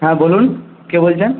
হ্যাঁ বলুন কে বলছেন